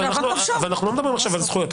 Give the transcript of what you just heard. אבל אנחנו לא מדברים עכשיו על זכויות,